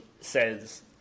says